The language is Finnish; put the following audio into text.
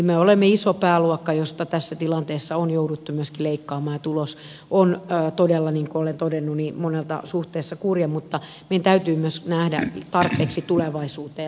me olemme iso pääluokka josta tässä tilanteessa on jouduttu myöskin leikkaamaan ja tulos on todella niin kuin olen todennut monessa suhteessa kurja mutta meidän täytyy myös nähdä tarpeeksi tulevaisuuteen